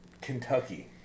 Kentucky